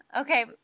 Okay